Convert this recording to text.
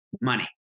money